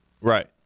Right